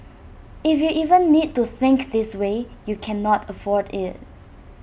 if you even need to think this way you cannot afford IT